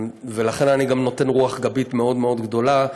ולכן אני גם נותן רוח גבית מאוד מאוד גדולה,